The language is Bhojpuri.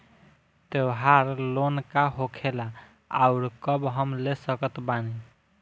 त्योहार लोन का होखेला आउर कब हम ले सकत बानी?